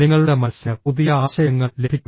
നിങ്ങളുടെ മനസ്സിന് പുതിയ ആശയങ്ങൾ ലഭിക്കും